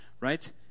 right